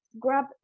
grab